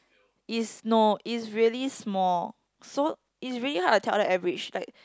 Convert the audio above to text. is no is really small so is really hard to tell the average like